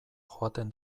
joaten